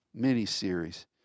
miniseries